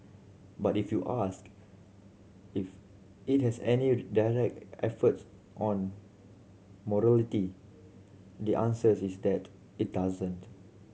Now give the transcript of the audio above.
but if you ask if it has any direct efforts on mortality the answer is that it doesn't